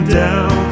down